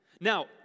Now